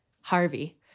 Harvey